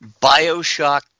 Bioshock